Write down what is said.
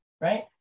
Right